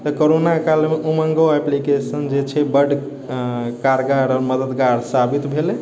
तऽ कोरोना कालमे उमङ्गो एप्लीकेशन जे छै बड कारगार मददगार साबित भेलै